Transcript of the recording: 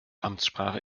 amtssprache